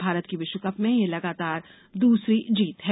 भारत की विश्व कप में यह लगातार दूसरी जीत है